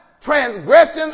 transgression